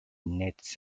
nets